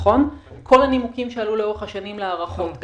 כל הנימוקים שעלו לאורך השנים להארכות,